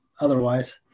otherwise